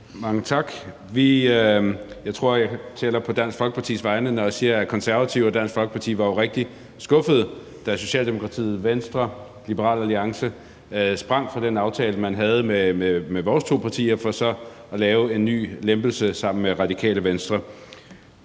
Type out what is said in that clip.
Mange tak. Jeg tror, jeg kan tale på Dansk Folkepartis vegne, når jeg siger, at Konservative og Dansk Folkeparti var rigtig skuffede, da Socialdemokratiet, Venstre og Liberal Alliance sprang fra den aftale, man havde med vores to partier, for så at lave en ny lempelse sammen med Radikale Venstre.